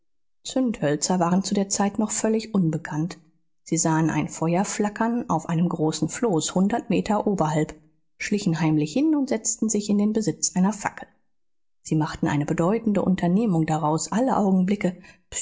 zündhölzer waren zu der zeit noch völlig unbekannt sie sahen ein feuer flackern auf einem großen floß hundert meter oberhalb schlichen heimlich hin und setzten sich in den besitz einer fackel sie machten eine bedeutende unternehmung daraus alle augenblicke